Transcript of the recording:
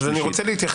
אז אני רוצה להתייחס.